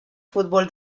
fútbol